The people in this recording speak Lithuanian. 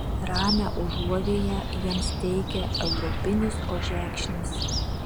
ramią užuovėją jiems teikia europinis ožekšnis